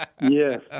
yes